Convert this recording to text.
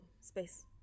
space